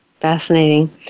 Fascinating